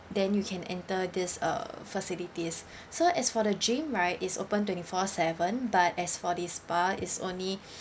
then you can enter this uh facilities so as for the gym right is open twenty four seven but as for the spa is only